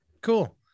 Cool